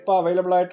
available